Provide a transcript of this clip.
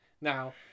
now